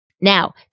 Now